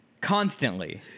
Constantly